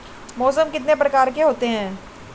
मौसम कितने प्रकार के होते हैं?